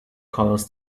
colors